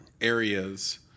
areas